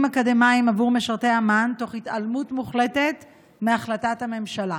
אקדמיים עבור משרתי אמ"ן תוך התעלמות מוחלטת מהחלטת הממשלה?